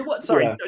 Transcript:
sorry